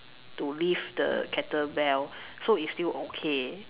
to lift the kettle bell so it's still okay